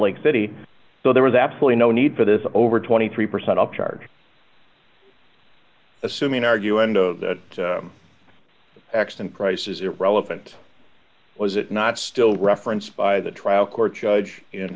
lake city so there was absolutely no need for this over twenty three percent of charge assuming argue endo that acts and price is irrelevant was it not still referenced by the trial court judge in